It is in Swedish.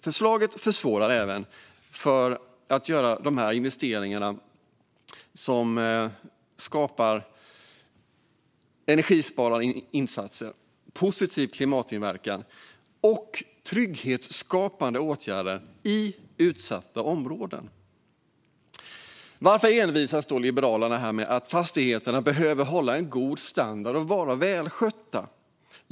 Förslaget försvårar även investeringar i energisparande insatser, positiv klimatpåverkan och trygghetsskapande åtgärder i utsatta områden. Varför envisas då Liberalerna med att fastigheterna behöver hålla en god standard och vara välskötta?